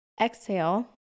Exhale